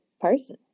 person